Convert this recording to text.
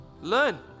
Learn